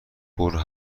برو